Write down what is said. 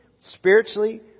Spiritually